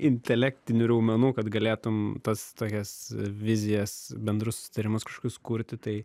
intelektinių raumenų kad galėtum tas tokias vizijas bendrus tyrimus kažkokius kurti tai